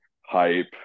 hype